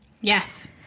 Yes